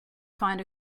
find